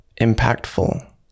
impactful